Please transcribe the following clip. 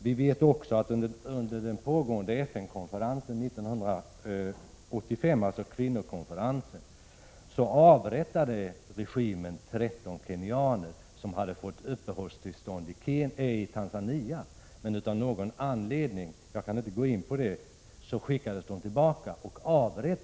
Vi vet också att regimen under den pågående FN-konferensen 1985 — kvinnokonferensen — avrättade 13 kenyaner som hade fått uppehållstillstånd i Tanzania men som av någon anledning som jag inte kan gå in på här skickats tillbaka.